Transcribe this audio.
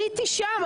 הייתי שם,